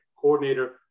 coordinator